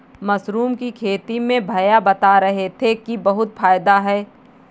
mushroom की खेती में भैया बता रहे थे कि बहुत फायदा है